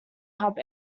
hub